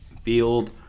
field